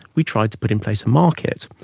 we tried to put in place a market.